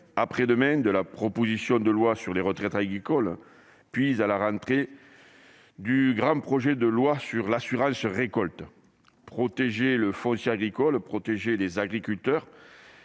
après-demain de la proposition de loi sur les retraites agricoles, puis à la rentrée du grand projet de loi sur l'assurance récolte. Protéger le foncier agricole, protéger les agriculteurs,